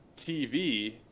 TV